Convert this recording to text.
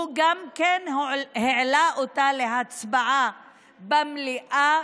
הוא גם העלה אותה להצבעה במליאה,